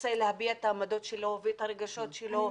רוצה להביע את העמדות שלו ואת הרגשות שלו.